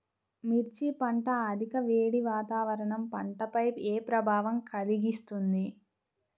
మిర్చి పంట అధిక వేడి వాతావరణం పంటపై ఏ ప్రభావం కలిగిస్తుంది?